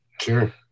Sure